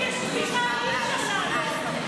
אמרתם שאם יש תמיכה אי-אפשר לעלות.